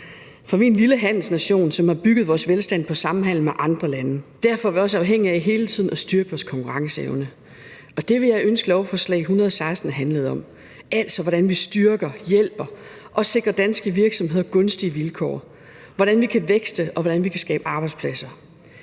vi er en lille handelsnation, som har bygget vores velstand på samhandel med andre lande. Derfor er vi også afhængige af hele tiden at styrke vores konkurrenceevne, og det ville jeg ønske at lovforslag nr. 116 handlede om, altså hvordan vi styrker, hjælper og sikrer danske virksomheder gunstige vilkår, hvordan vi kan vækste, og hvordan vi kan skabe arbejdspladser.